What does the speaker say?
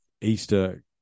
easter